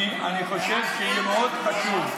אני חושב שיהיה מאוד חשוב,